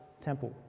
temple